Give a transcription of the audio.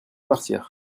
partir